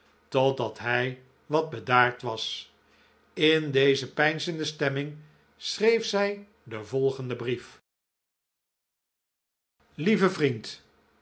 totdat hij wat bedaard was in deze peinzende stemming schreef zij den volgenden brief lieve vriend